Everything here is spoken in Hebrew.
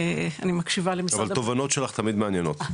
--- אבל התובנות שלך תמיד מעניינות.